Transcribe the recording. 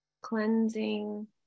Cleansing